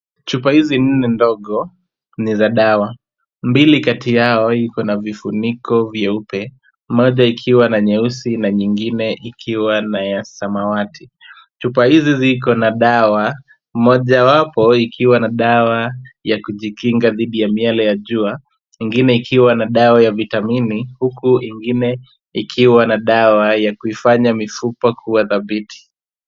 Chupa hizi nne ndogo ni za dawa. Mbili kati yao iko na vifuniko vyeupe, moja ikiwa na nyeusi na nyingine ikiwa na ya samawati. Chupa hizi ziko na dawa mojawapo ikiwa na dawa ya kujikinga dhidi ya miale ya jua, ingine ikiwa na dawa ya vitamini , huku ingine ikiwa na dawa ya kuifanya mifupa kuwa dhabiti.